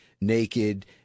naked